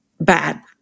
bad